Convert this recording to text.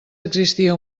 existia